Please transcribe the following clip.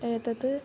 एतत्